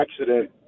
accident